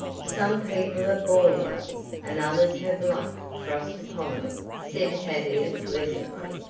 some people are born lucky, and others have luck thrust upon them, said tavia pleasantly.